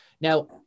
Now